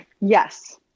Yes